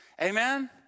Amen